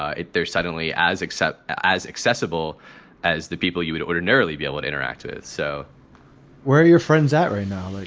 ah they're suddenly as except as accessible as the people you would ordinarily be able to interact with so where are your friends at right now?